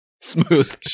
Smooth